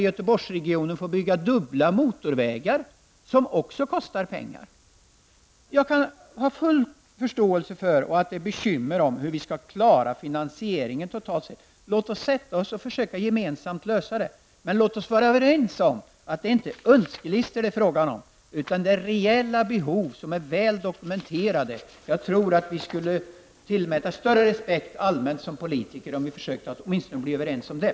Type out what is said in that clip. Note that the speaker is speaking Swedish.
I Göteborgsregionen kan vi komma att få bygga dubbla motorvägar, och det kostar också pengar. Jag har full förståelse för svårigheterna att totalt sett klara finansieringen. Låt oss gemensamt försöka lösa det problemet. Men låt oss också vara överens om att det inte handlar om önskelistor utan om reella och väl dokumenterade behov. Jag tror att vi rent allmänt skulle vinna större respekt som politiker om vi försökte att bli överens åtminstone om det.